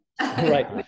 Right